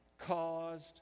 caused